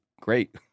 great